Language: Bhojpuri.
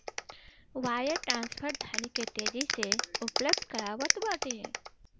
वायर ट्रांसफर धन के तेजी से उपलब्ध करावत बाटे